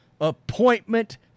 appointment